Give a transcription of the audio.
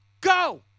go